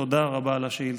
תודה רבה על השאילתה.